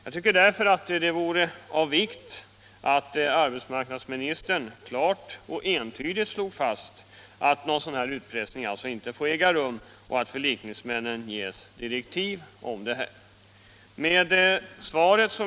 Jag tycker därför det vore av vikt att arbetsmarknadsministern klart och tydligt slog fast att någon sådan utpressning inte får äga rum samt att förlikningsmännen skall ges direktiv om detta.